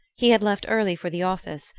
he had left early for the office,